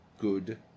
good